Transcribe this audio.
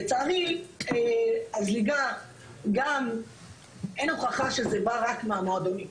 לצערי הזליגה - אין הוכחה שזה בא רק מהמועדונים.